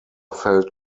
felt